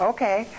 Okay